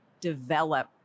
develop